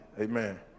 Amen